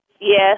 Yes